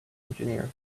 engineers